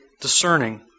discerning